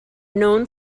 known